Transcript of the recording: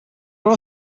were